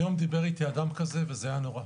היום בבוקר דיבר איתי אדם כזה, וזה היה נורא.